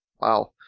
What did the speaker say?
Wow